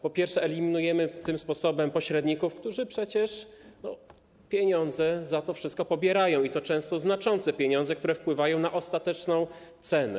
Po pierwsze, eliminujemy tym sposobem pośredników, którzy przecież za to wszystko pobierają pieniądze, i to często znaczące pieniądze, które wpływają na ostateczną cenę.